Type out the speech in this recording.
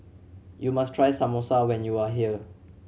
you must try Samosa when you are here